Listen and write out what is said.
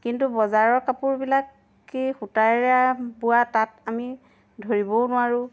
কিন্তু বজাৰৰ কাপোৰবিলাক কি সূতাৰে বোৱা তাত আমি ধৰিবও নোৱাৰোঁ